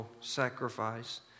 sacrifice